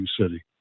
city